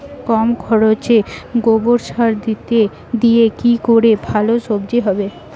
কম খরচে গোবর সার দিয়ে কি করে ভালো সবজি হবে?